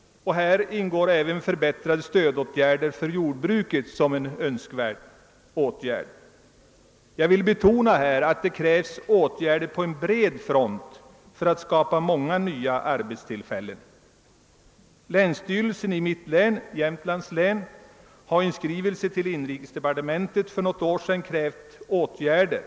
Här ingår också förbättrade stödåtgärder för jordbruket. Jag vill betona att det krävs åtgärder på bred front för att skapa många nya arbetstillfällen. Länsstyrelsen i mitt hemlän, Jämtlands län, har i en skrivelse till inrikesdepartementet för något år sedan krävt åtgärder.